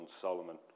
Solomon